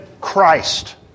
Christ